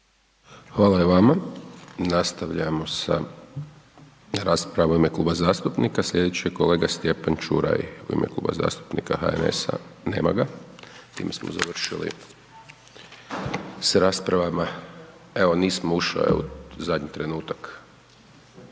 Hvala i vama. Nastavljamo sa raspravom u ime kluba zastupnika. Sljedeći je kolega Stjepan Čuraj u ime Kluba zastupnika HNS-a. Nema ga. Time smo završili sa raspravama. Evo nismo, ušao je u zadnji trenutak.